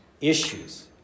issues